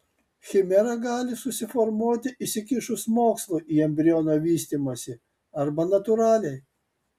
chimera gali susiformuoti įsikišus mokslui į embriono vystymąsi arba natūraliai